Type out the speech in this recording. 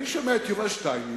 אני שומע את יובל שטייניץ,